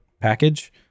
package